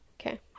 Okay